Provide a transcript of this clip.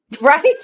Right